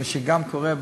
וגם קורא,